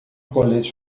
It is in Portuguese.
coletes